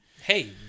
Hey